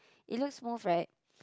it looks smooth right